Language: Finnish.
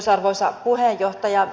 arvoisa puheenjohtaja